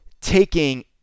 taking